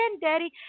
daddy